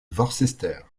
worcester